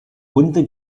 runde